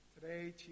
today